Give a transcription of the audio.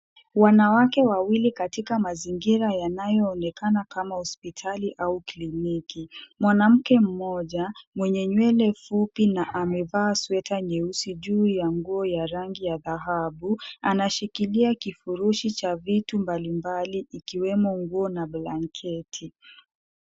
Wanawake wawili katika mazingira yanayoonekana kama hospitali au kliniki. Mwanamke mmoja mwenye nywele fupi na amevaa sweta nyeusi juu ya nguo ya rangi ya dhahabu anashikilia kifurushi cha vitu mbalimbali ikiwemo nguo na blanketi.